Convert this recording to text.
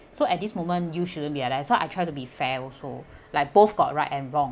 so at this moment you shouldn't be like that so I try to be fair also like both got right and wrong